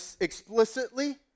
explicitly